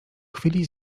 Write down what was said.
chwili